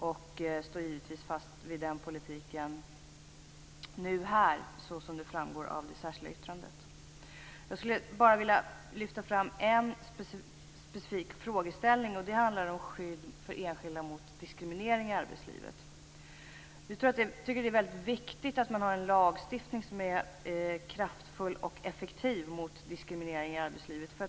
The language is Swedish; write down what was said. Givetvis står vi fast vid den politiken här, som framgår av det särskilda yttrandet. En specifik fråga skulle jag vilja lyfta fram. Det handlar då om skyddet för enskilda mot diskriminering i arbetslivet. Vi tycker att det är viktigt att ha en kraftfull och effektiv lagstiftning mot diskriminering i arbetslivet.